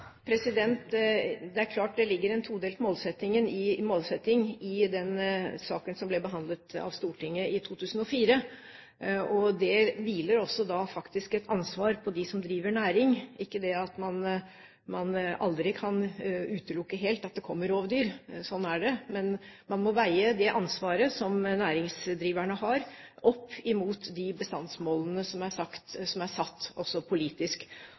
Det er klart det ligger en todelt målsetting i den saken som ble behandlet av Stortinget i 2004, og det hviler da faktisk et ansvar på dem som driver næring, ikke det at man aldri kan utelukke helt at det kommer rovdyr, sånn er det, men man må veie det ansvaret som næringsdriverne har, opp mot de bestandsmålene som er satt også politisk. Og her er